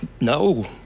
no